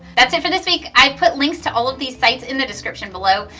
that's it for this week. i put links to all of these sites in the description below.